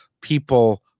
people